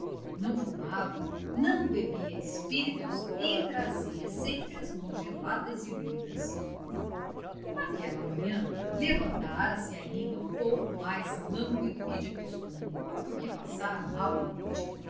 não fumava não bebia espíritos e trazia sempre as mãos geladas e úmidas naquela manhã levantara-se ainda um pouco mais lânguido que do costume porque passara mal a noite